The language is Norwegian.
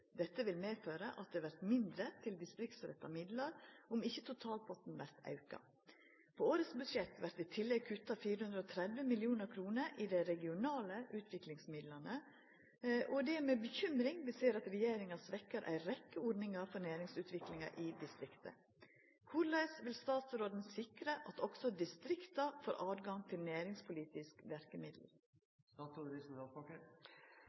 Dette vil medføre at det vert mindre til distriktsretta midlar om ikkje totalpotten vert auka. På årets budsjett vert det i tillegg kutta 430 mill. kr i dei regionale utviklingsmidlane, og det er med bekymring vi ser at regjeringa svekker ei rekkje ordninger for næringsutviklinga i distrikta. Korleis vil statsråden sikre at også distrikta får adgang til næringspolitisk verkemiddel?»